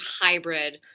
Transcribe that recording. hybrid